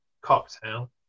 cocktail